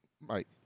Mike